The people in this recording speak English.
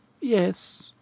yes